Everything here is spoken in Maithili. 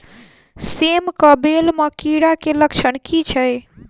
सेम कऽ बेल म कीड़ा केँ लक्षण की छै?